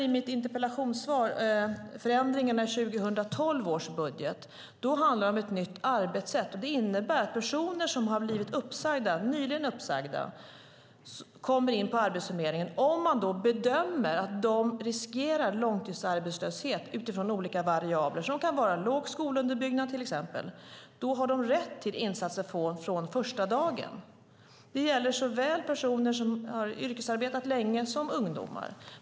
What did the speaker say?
I mitt interpellationssvar nämner jag förändringarna i 2012 års budget. Det handlar om ett nytt arbetssätt. Det innebär att personer som nyligen har blivit uppsagda kommer in på Arbetsförmedlingen om man bedömer att de riskerar långtidsarbetslöshet utifrån olika variabler som till exempel kan vara låg skolunderbyggnad. De har rätt till insatser från den första dagen. Det gäller såväl personer som har yrkesarbetat länge som ungdomar.